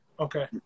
okay